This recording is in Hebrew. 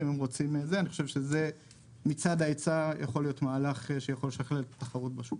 אני חושב שזה מצד ההיצע יכול להיות מהלך שיכול לשכלל את התחרות בשוק.